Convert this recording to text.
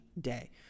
Day